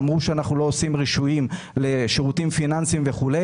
אמרו שאנחנו לא עושים רישויים לשירותים פיננסיים וכו'.